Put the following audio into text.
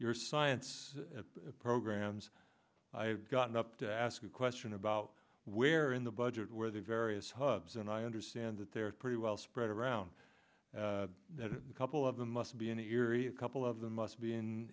your science programs i got up to ask a question about where in the budget where the various hubs and i understand that they're pretty well spread around a couple of them must be in erie a couple of them must be in